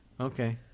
Okay